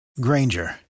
Granger